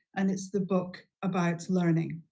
and it's the book about learning.